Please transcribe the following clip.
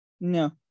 no